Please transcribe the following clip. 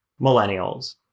millennials